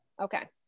Okay